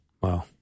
Wow